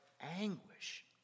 anguish